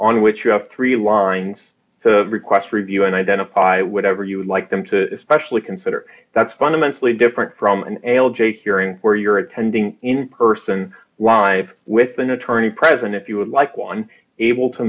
on which you have three lines to request review and identify whatever you would like them to specially consider that's fundamentally different from an ale jake's hearing where you're attending in person live with an attorney present if you would like one able to